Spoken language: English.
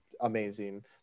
amazing